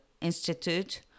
Institute